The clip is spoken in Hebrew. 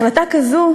החלטה כזאת,